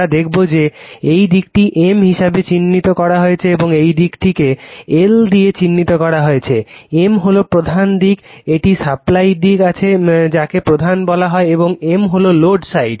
আমরা দেখবে যে এই দিকটি M হিসাবে চিহ্নিত করা হয়েছে এবং এই দিকটিকে L দিয়ে চিহ্নিত করা হয়েছে M হল প্রধান দিক একটি সাপ্লাই দিক আছে যাকে প্রধান বলা হয় এবং M হল লোড সাইড